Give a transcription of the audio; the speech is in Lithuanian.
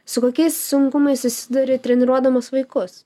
su kokiais sunkumais susiduri treniruodamas vaikus